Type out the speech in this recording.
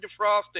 defrosted